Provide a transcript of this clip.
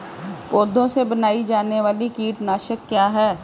पौधों से बनाई जाने वाली कीटनाशक क्या है?